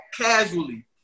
casually